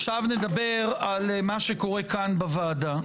עכשיו נדבר על מה שקורה כאן בוועדה.